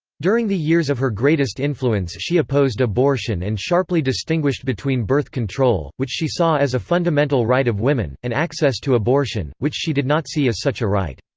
during the years of her greatest influence she opposed abortion and sharply distinguished between birth control, which she saw as a fundamental right of women, and access to abortion, which she did not see as such a right.